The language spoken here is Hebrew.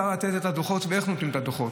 לתת את הדוחות ואיך נותנים את הדוחות.